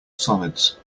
solids